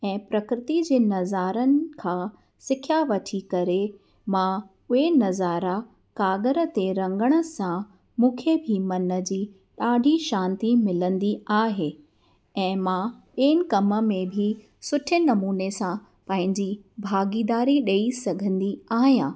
ऐं प्रकृति जे नज़ारनि खां सिखिया वठी करे मां उहे नज़ारा काॻर ते रंगण सां मूंखे बि मन जी ॾाढी शांति मिलंदी आहे ऐं मां ॿियनि कम में बि सुठे नमूने सां पंहिंजी भाॻीदारी ॾेई सघंदी आहियां